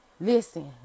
listen